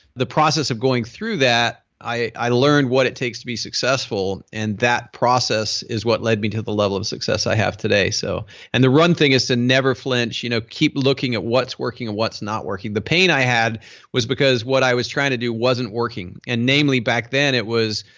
the process of going through that i i learned what it takes to be successful and that process is what led me to the level of success i have today. so and the run thing is to never flinch, you know keep looking at what's working and what's not working the pain i had was because what i was trying to do wasn't working and namely back then it was,